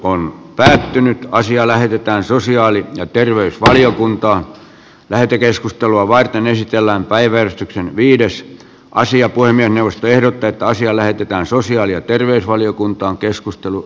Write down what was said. puhemiesneuvosto ehdottaa että asia lähetetään sosiaali ja terveysvaliokuntaan lähetekeskustelua varten esitellään päivä viides asiat poimienius lehdot täyttä asia lähetetään sosiaali ja terveysvaliokunta on keskustellut